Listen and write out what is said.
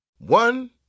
One